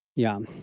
yeah,